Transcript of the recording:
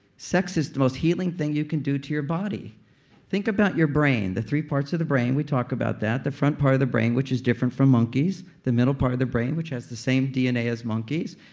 sex is the most healing thing you can do to your body think about your brain. the three parts of the brain. we talk about that. the front part of the brain, which is different from monkeys. the middle part of the brain, which has the same dna as monkeys.